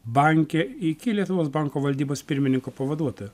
banke iki lietuvos banko valdybos pirmininko pavaduotojo